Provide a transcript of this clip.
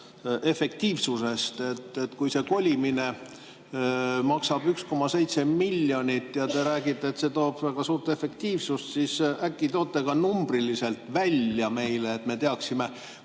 Kui see kolimine maksab 1,7 miljonit ja te räägite, et see toob väga suurt efektiivsust, siis äkki toote meile numbriliselt välja, et me teaksime